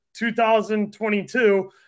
2022